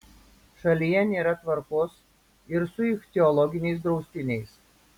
šalyje nėra tvarkos ir su ichtiologiniais draustiniais